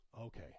Okay